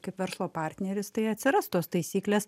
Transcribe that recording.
kaip verslo partneris tai atsiras tos taisyklės